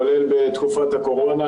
כולל בתקופת הקורונה,